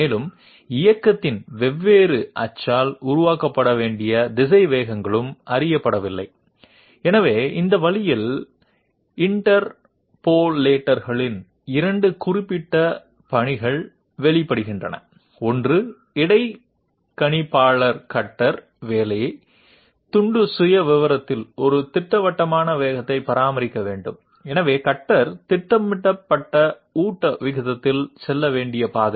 மேலும் இயக்கத்தின் வெவ்வேறு அச்சால் உருவாக்கப்பட வேண்டிய திசைவேகங்களும் அறியப்படவில்லை எனவே இந்த வழியில் இன்டர்போலேட்டர்களின் இரண்டு குறிப்பிட்ட பணிகள் வெளிப்படுகின்றன ஒன்று இடைக்கணிப்பாளர் கட்டர் வேலை துண்டின் சுயவிவரத்தில் ஒரு திட்டவட்டமான வேகத்தை பராமரிக்க வேண்டும் எனவே கட்டர் திட்டமிடப்பட்ட ஊட்ட விகிதத்தில் செல்ல வேண்டிய பாதையில்